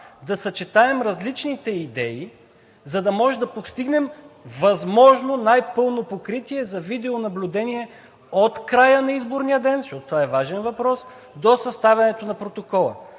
да съчетаем различните идеи, за да можем да постигнем възможно най-пълно покритие за видеонаблюдение от края на изборния ден, защото това е важен въпрос, до съставянето на протокола.